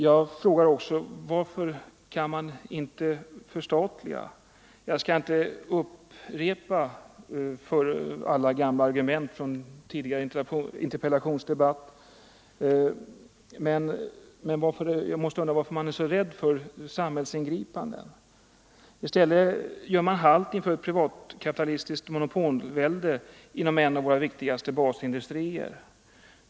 Jag frågar också: Varför kan man inte förstatliga? Jag skall inte upprepa alla argument från tidigare interpellationsdebatt, men jag måste fråga varför socialdemokraterna är så rädda för samhällsingripanden. I stället för att gripa in gör regeringspartiet halt inför ett privatkapitalistiskt monopolvälde inom en av våra viktigaste basindustrier.